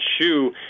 shoe